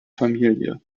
familie